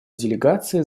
делегации